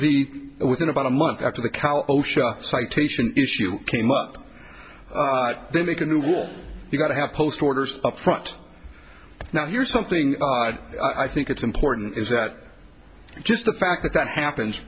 the within about a month after the cow osha citation issue came up they make a new rule you've got to have post orders up front now here's something i think it's important is that just the fact that that happens